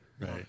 Right